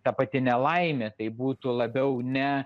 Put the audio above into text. ta pati nelaimė tai būtų labiau ne